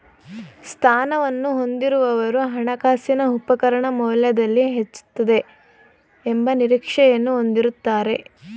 ಸ್ಥಾನವನ್ನು ಹೊಂದಿರುವವರು ಹಣಕಾಸಿನ ಉಪಕರಣ ಮೌಲ್ಯದಲ್ಲಿ ಹೆಚ್ಚುತ್ತದೆ ಎಂಬ ನಿರೀಕ್ಷೆಯನ್ನು ಹೊಂದಿರುತ್ತಾರೆ